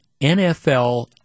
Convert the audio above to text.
NFL